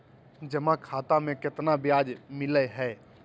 जमा खाता में केतना ब्याज मिलई हई?